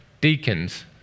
deacons